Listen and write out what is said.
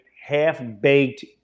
Half-Baked